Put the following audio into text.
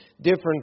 different